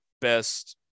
best